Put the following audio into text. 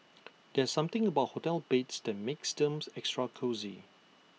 there's something about hotel beds that makes them extra cosy